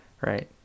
right